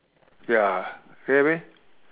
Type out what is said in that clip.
ya you get what I mean